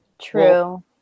True